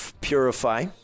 purify